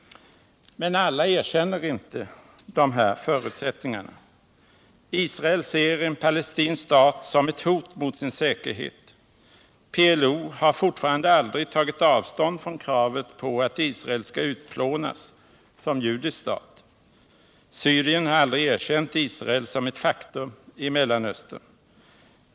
; Men alla erkänner inte dessa förutsättningar. Israel ser en palestinsk stat som ett hot mot sin säkerhet. PLO har fortfarande aldrig tagit avstånd från kravet på att Israel skall utplånas som judisk stat. Syrien har aldrig erkänt Israel som ett faktum i Mellanöstern.